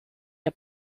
der